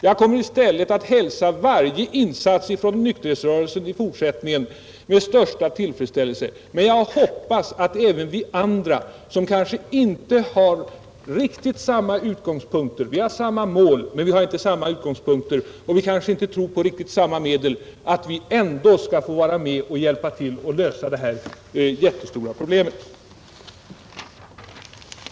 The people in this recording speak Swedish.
Jag kommer i stället att, som tidigare, hälsa varje insats från nykterhetsrörelsen med största tillfredsställelse. Men jag hoppas att också vi andra, som har samma mål men kanske inte har riktigt samma utgångspunkter och inte tror på riktigt samma medel, skall få vara med om att hjälpa till att lösa detta jättestora problem.